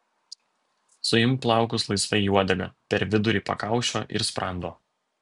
suimk plaukus laisvai į uodegą per vidurį pakaušio ir sprando